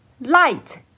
light